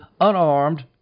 unarmed